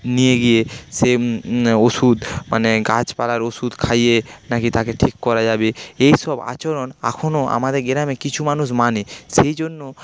নিয়ে গিয়ে সে ওষুধ মানে গাছপালার ওষুধ খাইয়ে নাকি তাকে ঠিক করা যাবে এই সব আচরণ এখনো আমাদের গ্রামে কিছু মানুষ মানে সেইজন্য